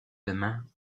demain